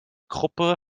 gruppe